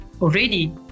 already